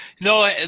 No